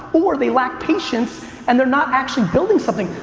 or they lack patience and they're not actually building something.